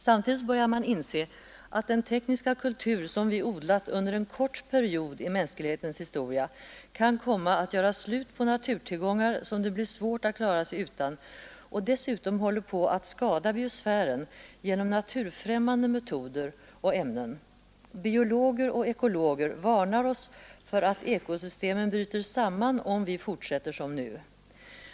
Samtidigt börjar man inse att den tekniska kultur, som vi odlat under en kort period i mänslighetens historia, kan komma att göra slut på naturtillgångar, som det blir svårt att klara sig utan, och dessutom håller på att skada biosfären genom naturfrämmande metoder och ämnen. Biologer och ekologer varnar oss för att ekosystemen bryter samman om vi fortsätter som nu.